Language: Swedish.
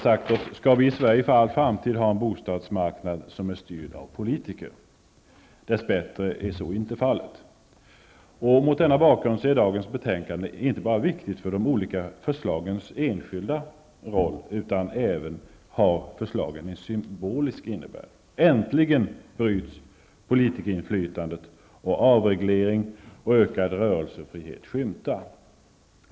Skall vi i Sverige för all framtid ha en bostadsmarknad som är styrd av politiker? Dess bättre är så inte fallet. Mot denna bakgrund är det betänkande som behandlas i dag inte bara viktigt för de enskilda förslagens roll -- förslagen har även en symbolisk innebörd. Äntligen bryts politikerinflytandet och avreglering och ökad rörelsefrihet skymtar.